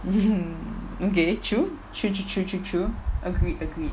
mmhmm okay true true true true true true agreed agreed